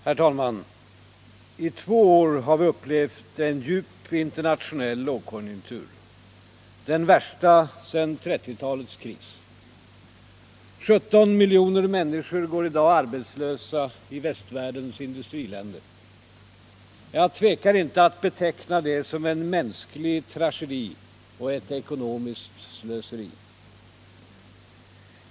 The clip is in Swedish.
Herr talman! I två år har vi upplevt en djup internationell lågkonjunktur, den värsta sedan 1930-talets kris. 17 miljoner människor går i dag arbetslösa i västvärldens industriländer. Jag tvekar inte att beteckna det som en mänsklig tragedi och ett ekonomiskt slöseri.